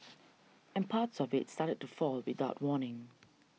and parts of it started to fall off without warning